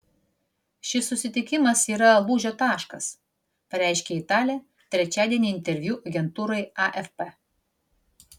šis susitikimas yra lūžio taškas pareiškė italė trečiadienį interviu agentūrai afp